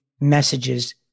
messages